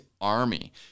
army